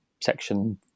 Section